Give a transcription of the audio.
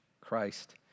Christ